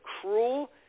cruel